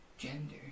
gender